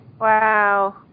Wow